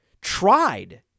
tried